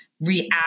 react